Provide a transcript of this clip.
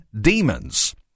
demons